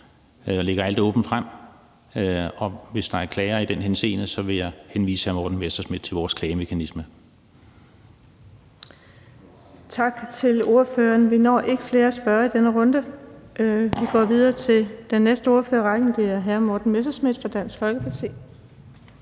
og lægger alt åbent frem. Hvis der er klager i den henseende, vil jeg henvise hr. Morten Messerschmidt til vores klagemekanisme. Kl. 14:43 Den fg. formand (Birgitte Vind): Tak til ordføreren. Vi når ikke flere spørgere i denne runde. Vi går videre til den næste ordfører i rækken, og det er hr. Morten Messerschmidt fra Dansk Folkeparti.